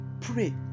pray